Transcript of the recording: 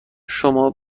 شما